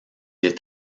est